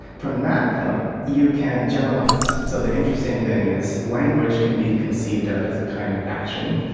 from that point you can generalise. so the interesting thing is language can be conceived of as a kind of action.